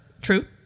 True